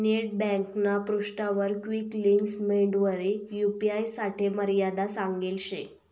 net ब्यांकना पृष्ठावर quick links मेंडवरी यू.पी.आय साठे मर्यादा सांगेल शे